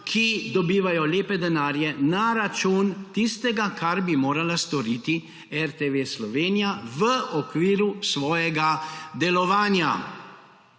ki dobivajo lepe denarje na račun tistega, kar bi morala storiti RTV Slovenija v okviru svojega delovanja.